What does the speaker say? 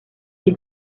est